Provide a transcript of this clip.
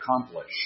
accomplish